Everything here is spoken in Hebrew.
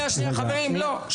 חברים, לא.